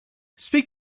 speak